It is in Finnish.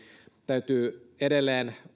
täytyy edelleen